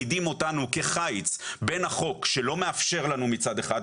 מעמידים אותנו כחיץ בין החוק שלא מאפשר לנו מצד אחד,